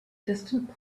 distant